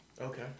Okay